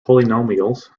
polynomials